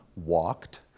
walked